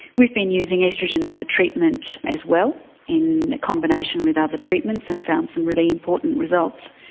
we've been using oestrogen as a treatment as well in combination with other treatments and found some really important results.